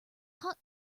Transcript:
hot